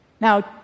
Now